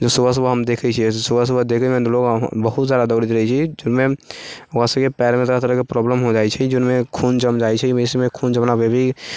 जो सुबह सुबह हम देखै छियै सुबह सुबह देखैमे लोग बहुत सारा दौड़ैत रहै छै जाहिमे बहुतके पयरमे तरह तरहके प्रॉब्लम भऽ जाइ छै जाहिमे खून जमि जाइ छै इसमे खून जमलापर भी